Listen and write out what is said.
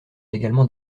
également